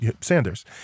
Sanders